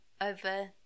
over